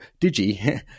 digi